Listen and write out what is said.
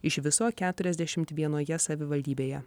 iš viso keturiasdešim vienoje savivaldybėje